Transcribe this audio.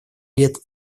лет